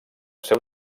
seu